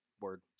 Word